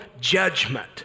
judgment